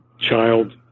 child